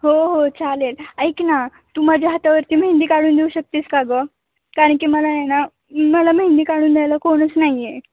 हो हो चालेल ऐक ना तू माझ्या हातावरती मेहंदी काढून देऊ शकतेस का गं कारण की मला आहे ना मला मेहंदी काढून द्यायला कोणीच नाही आहे